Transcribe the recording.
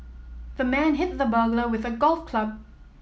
the man hit the burglar with a golf club